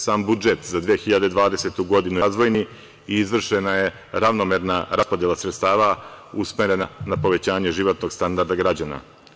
Sam budžet za 2020. godinu je razvojni i izvršena je ravnomerna raspodela sredstava usmerena na povećanje životnog standarda građana.